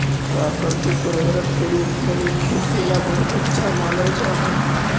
प्राकृतिक उर्वरक के रूप में इ खेती ला बहुत अच्छा मानल जा हई